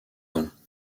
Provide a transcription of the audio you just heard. ans